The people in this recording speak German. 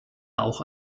auch